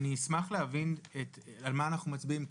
אני אשמח להבין על מה אנחנו מצביעים,